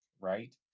right